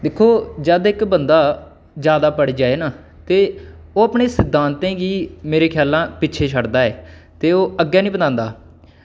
दिक्खो जद् इक बंदा जादै पढ़ जाए ना ते ओह् अपने सिद्धांतें गी मेरा ख्यालैं ओह् पिच्छें छड़दा ऐ ते ओह् अग्गें निं बधांदा